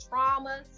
traumas